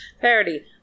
Parody